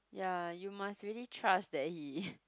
ya you must really trust that he